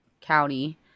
County